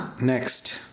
Next